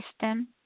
system